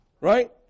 right